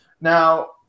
Now